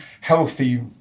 healthy